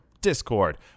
Discord